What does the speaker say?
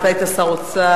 אתה היית שר אוצר,